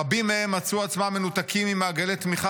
רבים מהם מצאו עצמם מנותקים ממעגלי תמיכה